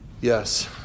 yes